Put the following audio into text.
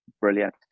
Brilliant